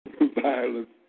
Violence